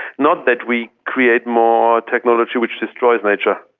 not that we create more technology which destroys nature.